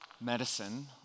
medicine